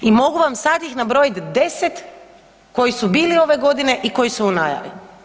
I mogu vam sad ih nabrojit 10 koji su bili ove godine i koji su u najavi.